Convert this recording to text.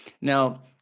Now